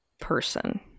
person